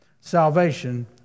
Salvation